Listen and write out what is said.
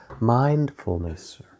mindfulness